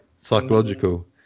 psychological